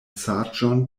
saĝon